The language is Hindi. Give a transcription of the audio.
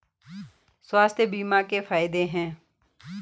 स्वास्थ्य बीमा के फायदे हैं?